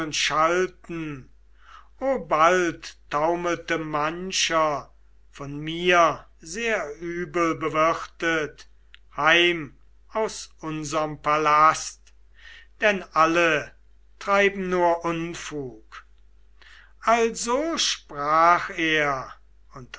schalten o bald taumelte mancher von mir sehr übel bewirtet heim aus unserm palast denn alle treiben nur unfug also sprach er und